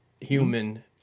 human